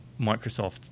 Microsoft